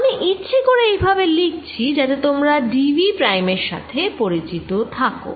আমি ইচ্ছে করে এই ভাবে লিখছি যাতে তোমরা d v প্রাইম এর সাথে পরিচিত থাকো